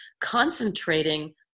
concentrating